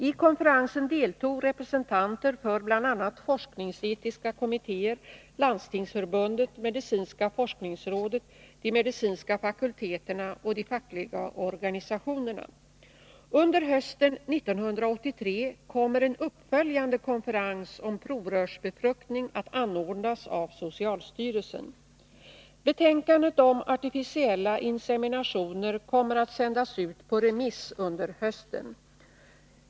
I konferensen deltog representanter för bl.a. forskningsetiska kommittér, Landstingsförbundet, medicinska forskningsrådet, de medicinska fakulteterna och de fackliga organisationerna. Under hösten 1983 kommer en uppföljande konferens om provrörsbefruktning att anordnas av socialstyrelsen. Betänkandet om artificiella inseminationer kommer att sändas ut på remiss under hösten.